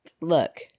Look